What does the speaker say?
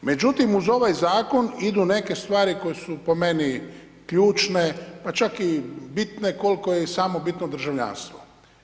Međutim, uz ovaj zakon idu neke stvari koje su po meni ključne pa čak i bitne koliko je i samo bitno državljanstvo.